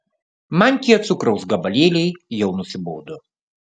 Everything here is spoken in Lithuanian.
man tie cukraus gabalėliai jau nusibodo